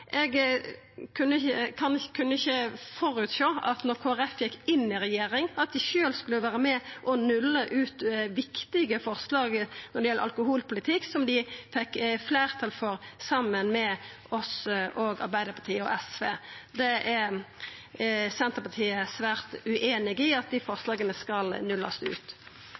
Eg kunne ikkje føresjå då Kristeleg Folkeparti gjekk inn i regjering, at dei sjølve skulle vera med og nulla ut viktige forslag som gjeld alkoholpolitikk, som dei fekk fleirtal for saman med oss og Arbeidarpartiet og SV. Senterpartiet er svært ueinig i at desse forslaga skal nullast ut.